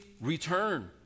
return